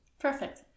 perfect